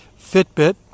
Fitbit